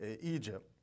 Egypt